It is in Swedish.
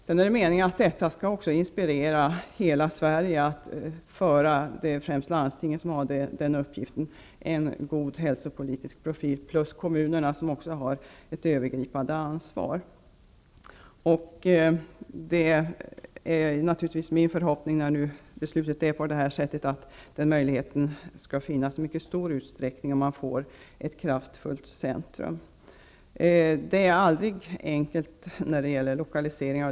Meningen är också att detta skall inspirera hela Sverige att försöka få -- det är främst landstingen som har denna uppgift -- en god hälsopolitisk profil, där kommunerna har ett övergripande ansvar. Det är naturligtvis min förhoppning, när nu beslutet redan är fattat, att möjligheten att få ett kraftfullt centrum verkligen skall finnas. Det är aldrig enkelt när man skall lokalisera.